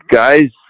guys